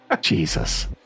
Jesus